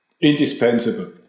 Indispensable